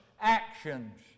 actions